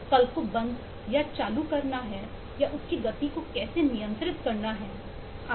कल को बंद या चालू करना है या उसकी गति को कैसे नियंत्रित करना है आदि